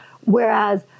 Whereas